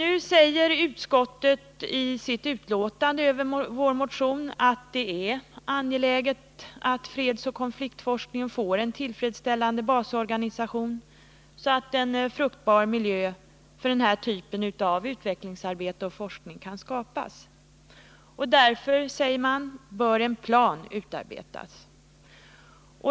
Utskottet förklarar i sitt utlåtande över vår motion att det är angeläget att fredsoch konfliktforskningen får en tillfredsställande basorganisation, så att en fruktbar miljö för denna typ av utvecklingsarbete och forskning kan skapas. Därför bör, säger utskottet, en plan utarbetas.